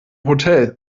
hotel